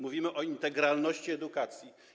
Mówimy o integralności edukacji.